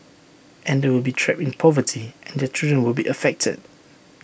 and they will be trapped in poverty and their children will be affected